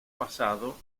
basado